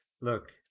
look